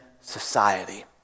society